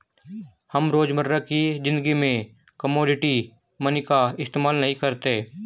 हम रोजमर्रा की ज़िंदगी में कोमोडिटी मनी का इस्तेमाल नहीं करते